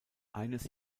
eines